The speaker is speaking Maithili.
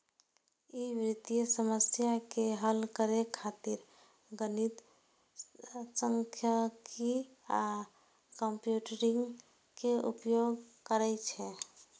ई वित्तीय समस्या के हल करै खातिर गणित, सांख्यिकी आ कंप्यूटिंग के उपयोग करै छै